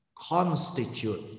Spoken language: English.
constitute